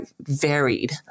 varied